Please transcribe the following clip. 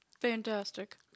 fantastic